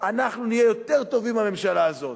אנחנו נהיה יותר טובים מהממשלה הזאת,